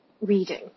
reading